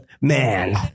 Man